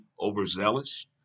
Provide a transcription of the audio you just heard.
overzealous